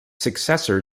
successor